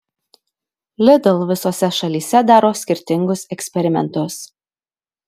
lidl visose šalyse daro skirtingus eksperimentus